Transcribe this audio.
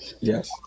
Yes